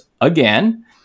again